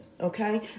Okay